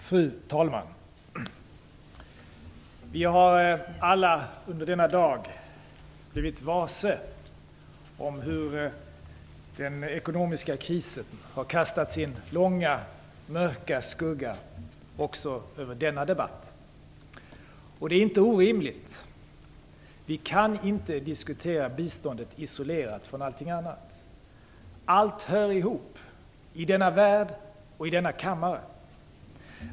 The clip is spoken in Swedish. Fru talman! Vi har alla under denna dag blivit varse att den ekonomiska krisen har kastat sin långa, mörka skugga också över denna debatt. Det är inte orimligt. Vi kan inte diskutera biståndet isolerat från allting annat. Allt hör ihop - i denna värld och i denna kammare.